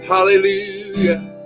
Hallelujah